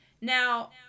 Now